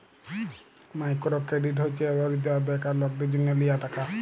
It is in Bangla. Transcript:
মাইকোরো কেরডিট হছে দরিদ্য আর বেকার লকদের জ্যনহ লিয়া টাকা